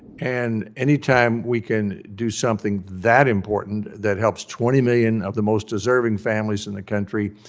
and anytime we can do something that important, that helps twenty million of the most deserving families in the country,